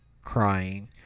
crying